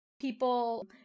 people